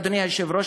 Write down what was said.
אדוני היושב-ראש,